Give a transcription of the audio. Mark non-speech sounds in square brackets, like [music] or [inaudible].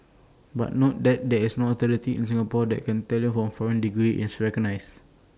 but note that there is no authority in Singapore that can tell [unintelligible] foreign degree is recognised